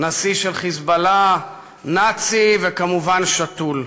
"נשיא של 'חיזבאללה'", "נאצי" וכמובן "שתול".